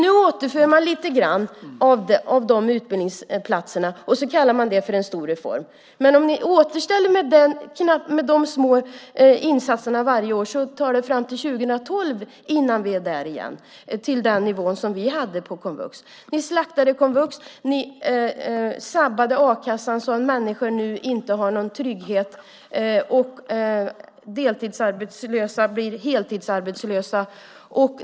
Nu återför man en del av de utbildningsplatserna och kallar det för en stor reform. Om ni återställer med de små insatserna varje år dröjer det till 2012 innan vi är på den nivå som vi hade på komvux. Ni slaktade komvux. Ni sabbade a-kassan så att människor nu inte har någon trygghet, och deltidsarbetslösa blir heltidsarbetslösa.